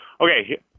Okay